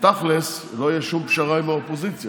ותכלס לא תהיה שום פשרה עם האופוזיציה.